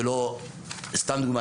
סתם דוגמה,